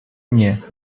мне